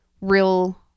real